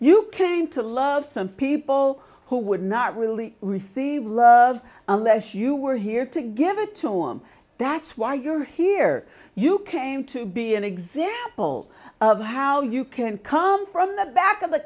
you came to love some people who would not really receive unless you were here to give it to norm that's why you're here you came to be an example of how you can come from the back of the